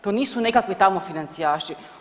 To nisu nekakvi tamo financijaši.